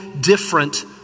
different